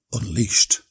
unleashed